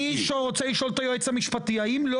אני רוצה לשאול את היועץ המשפטי האם לא